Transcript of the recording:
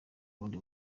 ubundi